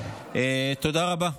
תודה רבה.